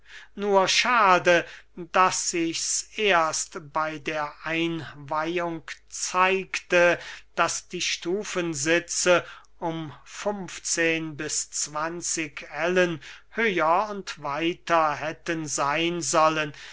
nur schade daß sichs erst bey der einweihung zeigte daß die stufensitze um funfzehn bis zwanzig ellen höher und weiter hätten seyn sollen